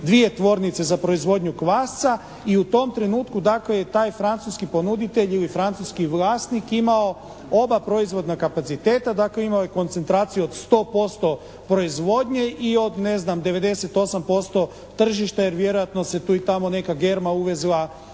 dvije tvornice za proizvodnju kvasca i u tom trenutku dakle je taj francuski ponuditelj ili francuski vlasnik imao oba proizvodna kapaciteta, dakle imao je koncentraciju od 100% proizvodnje i od ne znam 98% tržišta, jer vjerojatno se tu i tamo neka germa uvezla